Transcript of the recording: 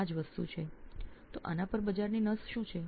તો આ બાબતે બજારનો મિજાજ શું છે